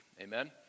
Amen